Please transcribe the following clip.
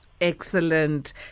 Excellent